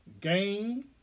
game